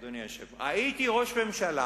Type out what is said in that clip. אדוני היושב-ראש: הייתי ראש הממשלה